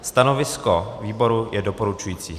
Stanovisko výboru je doporučující.